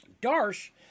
Darsh